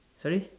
sorry